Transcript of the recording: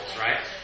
right